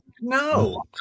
no